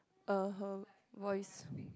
uh hmm voice